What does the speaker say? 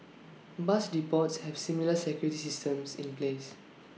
bus depots have similar security systems in place